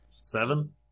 Seven